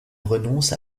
renonce